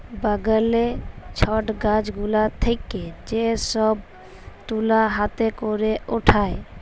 বগলে ছট গাছ গুলা থেক্যে যে সব তুলা হাতে ক্যরে উঠায়